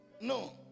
No